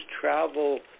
travel